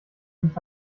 sich